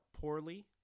poorly